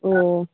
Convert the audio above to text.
ꯑꯣ